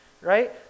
right